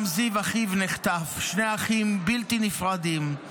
גם זיו אחיו נחטף, שני אחים בלתי נפרדים.